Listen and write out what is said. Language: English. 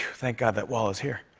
thank god that wall is here.